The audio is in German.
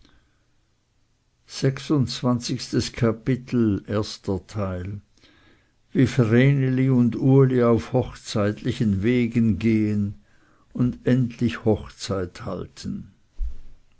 sechsundzwanzigstes kapitel wie vreneli und uli auf hochzeitlichen wegen gehen und endlich hochzeit halten